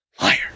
Liar